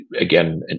again